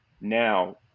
now